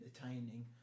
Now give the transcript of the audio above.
entertaining